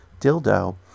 dildo